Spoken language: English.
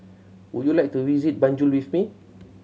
would you like to visit Banjul with me